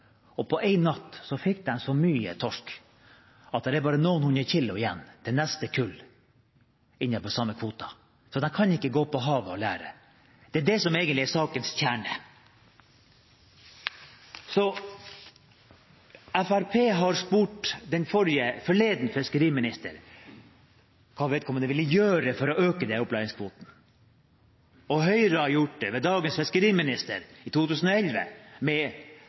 fikk de så mye torsk at det er bare noen hundre kilo igjen til neste kull innenfor den samme kvoten, så de kan ikke dra ut på havet og lære. Det er det som egentlig er sakens kjerne. Fremskrittspartiet har spurt den forrige fiskeriministeren hva vedkommende ville gjøre for å øke denne opplæringskvoten. Og Høyre har gjort det, ved dagens fiskeriminister, i 2011